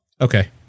Okay